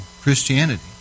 Christianity